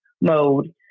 mode